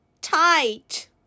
tight